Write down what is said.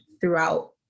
throughout